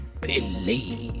believe